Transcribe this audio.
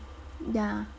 ya